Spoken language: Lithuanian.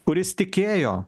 kuris tikėjo